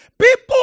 people